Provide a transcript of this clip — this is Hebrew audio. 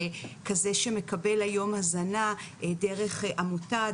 כזה שמקבל היום הזנה דרך עמותה,